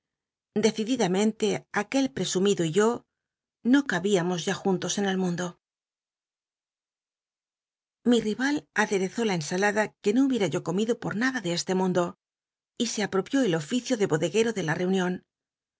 decididamente aquel presumido y yo no ca bíamos ya juntos en el mundo mi rival aderezó la ensalada que no hubiem yo comido por nada de este mundo y se apropió el oficio de bodeguero de la reun